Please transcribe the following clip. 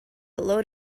load